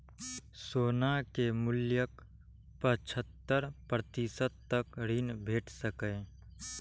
सोना के मूल्यक पचहत्तर प्रतिशत तक ऋण भेट सकैए